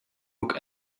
book